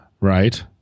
Right